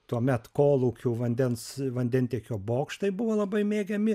tuomet kolūkių vandens vandentiekio bokštai buvo labai mėgiami